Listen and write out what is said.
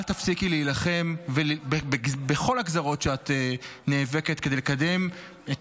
אל תפסיקי להילחם בכל הגזרות שאת נאבקת בהן כדי לקדם את